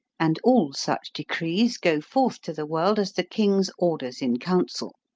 and all such decrees go forth to the word as the king's orders in council.